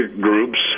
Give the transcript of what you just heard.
groups